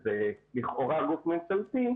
שזה לכאורה גוף ממשלתי,